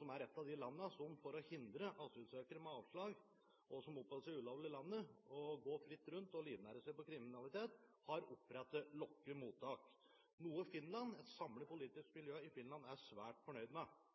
som er et av de landene som for å hindre asylsøkere med avslag som oppholder seg ulovlig i landet i å gå fritt rundt og livnære seg på kriminalitet, har opprettet lukkede mottak. Det samlede politiske miljøet i Finland er svært fornøyd med